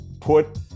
put